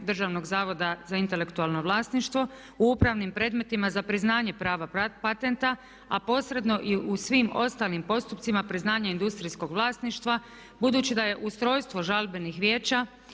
Državnog zavoda za intelektualno vlasništvo u upravnim predmetima za priznanje prava patenta a posredno i u svim ostalim postupcima priznanja industrijskog vlasništva budući da je ustrojstvo žalbenih vijeća